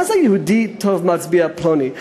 מה זה "יהודי טוב מצביע פלוני"?